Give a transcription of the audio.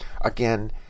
again